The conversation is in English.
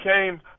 came